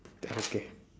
okay